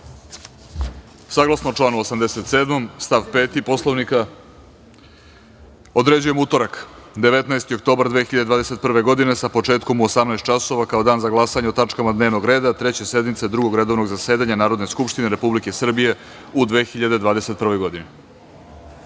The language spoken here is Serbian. pretres. Saglasno članu 87. stav 5. Poslovnika, određujem utorak, 19. oktobar 2021. godine, sa početkom u 18.00 časova kao dan za glasanje o tačkama dnevnog reda Treće sednice Drugog redovnog zasedanja Narodne skupštine Republike Srbije u 2021.